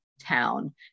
town